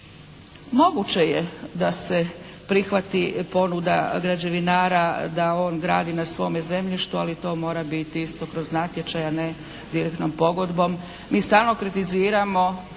Moguće je da se prihvati ponuda građevinara da on gradi na svom zemljištu ali to mora biti isto kroz natječaj, a ne direktnom pogodbom. Mi stalno kritiziramo